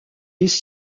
des